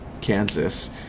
Kansas